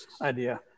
idea